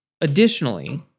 additionally